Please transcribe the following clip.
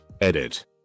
Edit